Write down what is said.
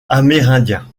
amérindiens